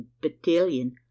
battalion